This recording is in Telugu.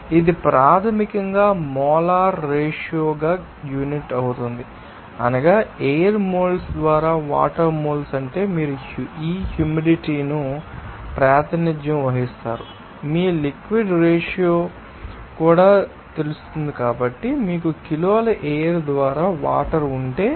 కాబట్టి ఇది ప్రాథమికంగా మోలార్ రేషియో గా యూనిట్ అవుతుంది అనగా ఎయిర్ మోల్స్ ద్వారా వాటర్ మోల్స్ అంటే మీరు ఈ హ్యూమిడిటీ ను ప్రాతినిధ్యం వహిస్తారు మీ లిక్విడ్ రేషియో కూడా మీకు తెలుసు కాబట్టి మీకు కిలోల ఎయిర్ ద్వారా వాటర్ ఉంటే